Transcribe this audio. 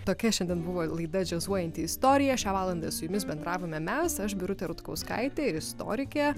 tokia šiandien buvo laida džiazuojanti istorija šią valandą su jumis bendravome mes aš birutė rutkauskaitė ir istorikė